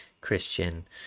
Christian